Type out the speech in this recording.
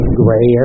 gray